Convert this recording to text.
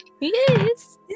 Yes